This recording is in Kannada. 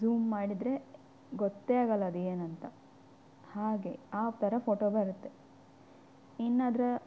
ಝೂಮ್ ಮಾಡಿದರೆ ಗೊತ್ತೇ ಆಗಲ್ಲ ಅದೇನಂತ ಹಾಗೆ ಆ ಥರ ಫೋಟೋ ಬರತ್ತೆ ಇನ್ನದರ